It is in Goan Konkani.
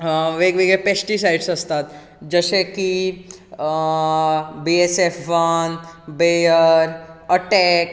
वेगवेगळे पॅस्टीसायड्स आसतात जशें की B S F one Bayer attack